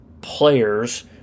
players